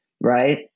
right